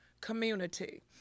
community